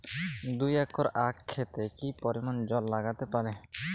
দুই একর আক ক্ষেতে কি পরিমান জল লাগতে পারে?